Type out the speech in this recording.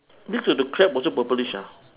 next to the crab also purplish ah